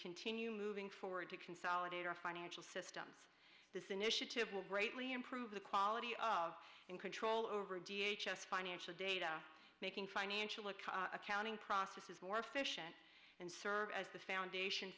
continue moving forward to consolidate our financial systems this initiative will greatly improve the quality of control over financial data making financial accounting processes more efficient and serve as the foundation